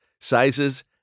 sizes